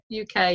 uk